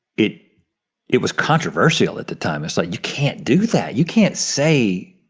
it it was controversial at the time. it's like you can't do that, you can't say,